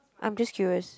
I'm just curious